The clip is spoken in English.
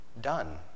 done